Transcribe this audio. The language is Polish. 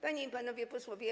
Panie i Panowie Posłowie!